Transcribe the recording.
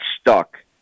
stuck